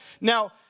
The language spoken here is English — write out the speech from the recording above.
Now